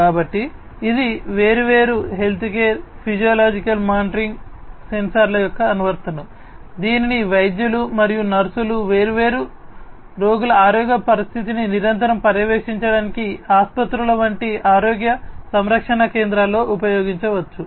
కాబట్టి ఇది వేర్వేరు హెల్త్కేర్ ఫిజియోలాజికల్ మానిటరింగ్ సెన్సార్ల యొక్క అనువర్తనం దీనిని వైద్యులు మరియు నర్సులు వేర్వేరు రోగుల ఆరోగ్య పరిస్థితిని నిరంతరం పర్యవేక్షించడానికి ఆసుపత్రుల వంటి ఆరోగ్య సంరక్షణ కేంద్రాల్లో ఉపయోగించవచ్చు